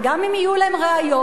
וגם אם יהיו להם ראיות,